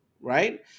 Right